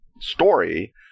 story